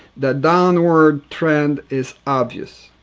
the downward trend is obvious.